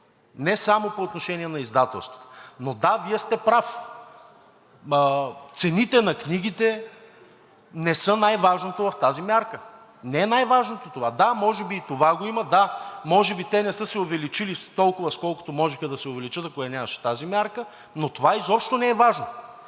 не само по отношение на издателствата. Но, да, Вие сте прав, цените на книгите не са най-важното в тази мярка. Не е най-важното това. Да, може би, и това го има. Да, може би те не са се увеличили с толкова, с колкото можеха да се увеличат, ако я нямаше тази мярка, но това изобщо не е важно.